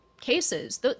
cases